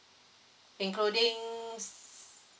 including